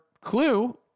clue